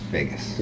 Vegas